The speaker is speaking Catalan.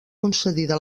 concedida